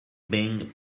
being